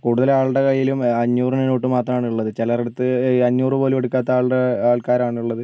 കൂടുതൽ ആളുടെ കയ്യിലും അഞ്ഞൂറിൻ്റെ നോട്ട് മാത്രമാണ് ഉള്ളത് ചിലരടുത്ത് അഞ്ഞൂറ് പോലും എടുക്കാത്ത ആൾക്കാരാണ് ഉള്ളത്